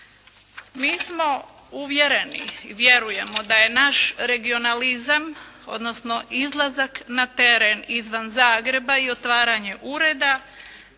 Mi smo uvjereni i vjerujemo da je naš regionalizam, odnosno izlazak na teren izvan Zagreba i otvaranje ureda